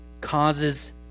causes